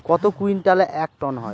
কত কুইন্টালে এক টন হয়?